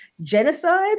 genocide